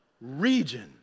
region